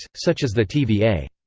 such as the tva.